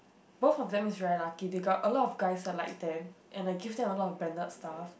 both of them is very lucky they got a lot of guys that like them and like give them a lot of branded stuff